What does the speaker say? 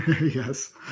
Yes